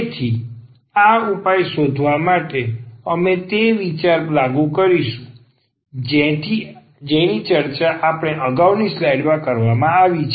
તેથી આ ખાસ ઉપાય શોધવા માટે અમે તે વિચાર લાગુ કરીશું જેની ચર્ચા અગાઉની સ્લાઇડમાં કરવામાં આવી છે